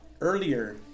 earlier